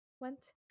went